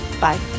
Bye